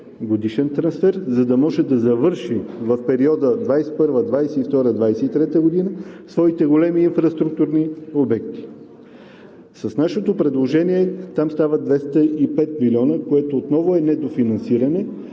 годишен трансфер, за да може да завърши в периода 2021-а, 2022-а и 2023 г. своите големи инфраструктурни обекти. С нашето предложение там стават 205 млн. лв., което отново е недофинансиране,